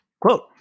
Quote